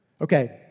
Okay